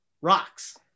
rocks